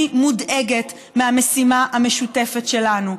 אני מודאגת מהמשימה המשותפת שלנו,